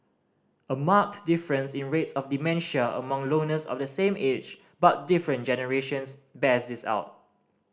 a marked difference in rates of dementia among loners of the same age but different generations bears this out